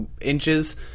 inches